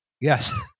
Yes